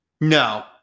no